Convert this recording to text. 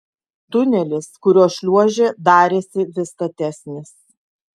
tunelis kuriuo šliuožė darėsi vis statesnis